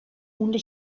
una